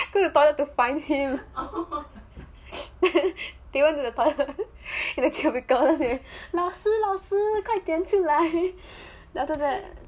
go to the toilet to find him they went to the toilet to the cubical 老师老师快点出来 then after that